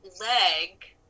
leg